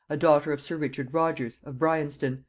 a daughter of sir richard rogers, of brianston,